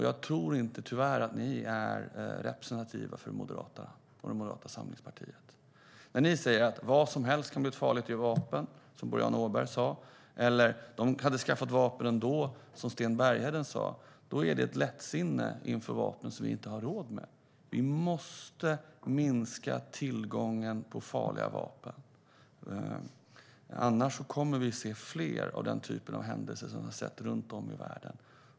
Jag tror inte att ni är representativa för Moderata samlingspartiet. Boriana Åberg säger att vad som helst kan bli ett farligt vapen. Sten Bergheden säger att man hade skaffat vapen ändå. Detta lättsinne inför vapnen har vi inte råd med. Vi måste minska tillgången på farliga vapen. Annars kommer vi att se fler händelser av den typ som vi sett runt om i världen.